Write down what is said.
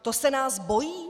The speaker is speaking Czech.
To se nás bojí?